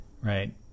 Right